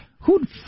Who'd